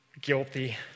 Guilty